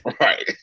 Right